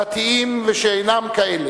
דתיים ושאינם כאלה.